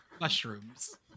mushrooms